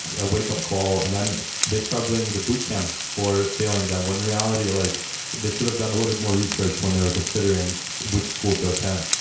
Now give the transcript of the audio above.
a wakeup call, and then they start blaming the boot camps for failing them. when in reality, like they should have done a little bit more research when they were considering which school to attend.